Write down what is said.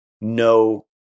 no